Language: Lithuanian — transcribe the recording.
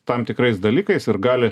tam tikrais dalykais ir gali